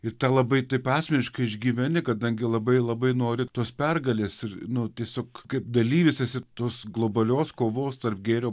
ir tą labai taip asmeniškai išgyveni kadangi labai labai nori tos pergalės ir nu tiesiog kaip dalyvis esi tos globalios kovos tarp gėrio